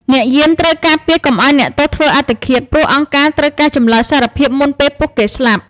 អ្នកយាមត្រូវការពារកុំឱ្យអ្នកទោសធ្វើអត្តឃាត ព្រោះអង្គការត្រូវការចម្លើយសារភាពមុនពេលពួកគេស្លាប់។